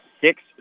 six